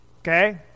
Okay